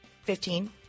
Fifteen